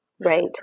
right